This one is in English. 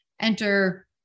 enter